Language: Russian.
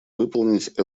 выполнить